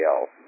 else